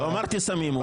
אמרתי סמים.